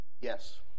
Yes